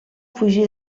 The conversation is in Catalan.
fugir